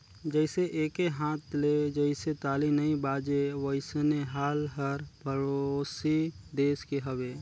जइसे एके हाथ ले जइसे ताली नइ बाजे वइसने हाल हर परोसी देस के हवे